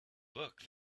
book